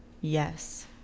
yes